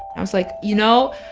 i was like, you know,